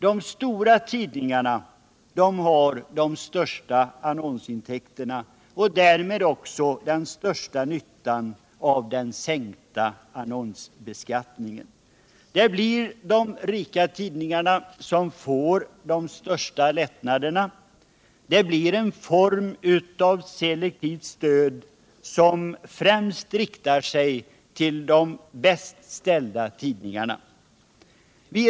De stora tidningarna har de stora annonsintäkterna och därmed också den största nyttan av sänkningen av annonsskatten. Det blir de rika tidningarna som får de största lättnaderna. Det är en form av selektivt stöd, som främst riktar sig till de bäst ställda tidningarna.